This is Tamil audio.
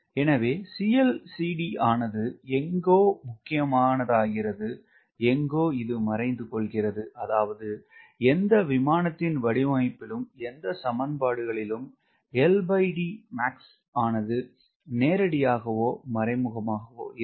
எனவே ஆனது எங்கோ முக்கியமானதாகிறது எங்கோ இது மறைந்து கொள்கிறது அதாவது எந்த விமானத்தின் வடிவமைப்பிலும் எந்த சமன்பாடுகளிலும் ஆனது நேரடியாகவோ மறைமுகமாகவோ இருக்கும்